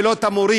ולא את המורים.